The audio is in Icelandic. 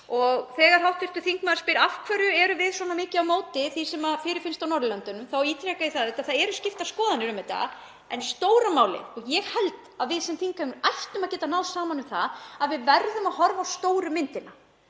Og þegar hv. þingmaður spyr af hverju við erum svona mikið á móti því sem fyrirfinnst á Norðurlöndunum, þá ítreka ég að það eru skiptar skoðanir um þetta. En stóra málið, og ég held að við sem þingheimur ættum að geta náð saman um það, er að við verðum að horfa á stóru myndina